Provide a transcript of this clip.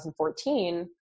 2014